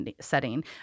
setting